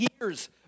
years